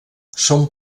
són